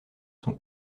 son